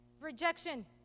rejection